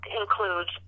includes